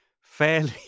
fairly